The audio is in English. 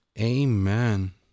Amen